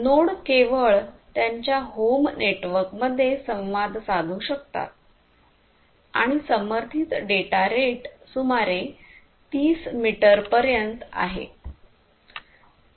node केवळ त्यांच्या home नेटवर्कमध्ये संवाद साधू शकतात आणि समर्थीत डेटा रेट सुमारे 30 मीटर पर्यंत आहे